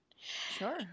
sure